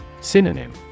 Synonym